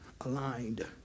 Aligned